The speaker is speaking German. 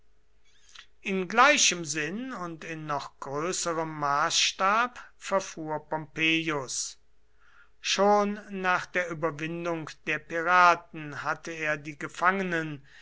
in gleichem sinn und in noch größerem maßstab verfuhr pompeius schon nach der überwindung der piraten hatte er die gefangenen